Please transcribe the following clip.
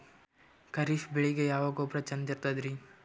ಖರೀಪ್ ಬೇಳಿಗೆ ಯಾವ ಗೊಬ್ಬರ ಚಂದ್ ಇರತದ್ರಿ?